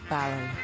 Barrel